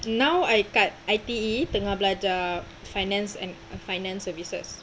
now I kat I_T_E tengah belajar finance and finance services